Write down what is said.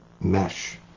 mesh